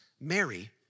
Mary